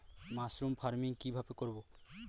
Mushroom farming কি ভাবে করব?